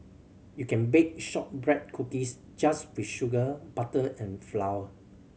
you can bake shortbread cookies just with sugar butter and flour